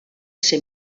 ser